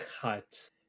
cut